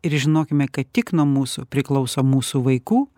ir žinokime kad tik nuo mūsų priklauso mūsų vaikų